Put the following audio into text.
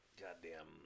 goddamn